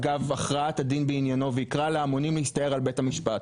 אגב הכרעת הדין בעניינו וייקרא להמונים להסתער על בית המשפט,